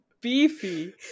beefy